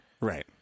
Right